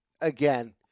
again